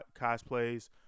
cosplays